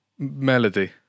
Melody